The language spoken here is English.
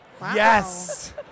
Yes